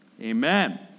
Amen